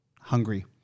hungry